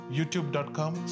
YouTube.com